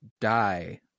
die